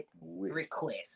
request